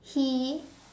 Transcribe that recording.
he